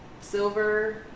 Silver